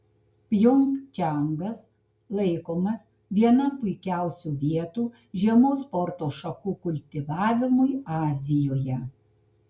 pjongčangas laikomas viena puikiausių vietų žiemos sporto šakų kultivavimui azijoje